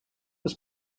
was